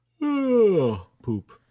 poop